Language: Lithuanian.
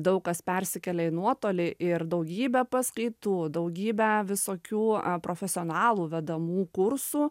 daug kas persikėlė į nuotolį ir daugybę paskaitų daugybę visokių profesionalų vedamų kursų